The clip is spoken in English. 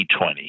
2020